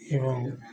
ଏବଂ